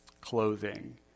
clothing